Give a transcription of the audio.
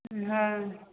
हँ